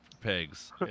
pegs